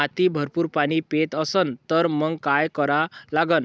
माती भरपूर पाणी पेत असन तर मंग काय करा लागन?